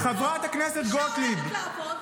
חברת הכנסת גוטליב --- אישה הולכת לעבוד,